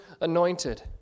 anointed